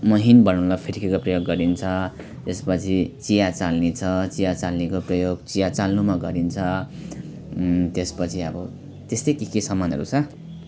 मिहिन बनाउनलाई फिर्केको प्रयोग गरिन्छ त्यस पछि चिया चालनी छ चिया चालनीको प्रयोग चिया चाल्नुमा गरिन्छ त्यस पछि अब त्यस्तै के के सामानहरू छ